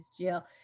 jail